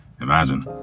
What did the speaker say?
imagine